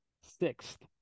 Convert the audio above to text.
sixth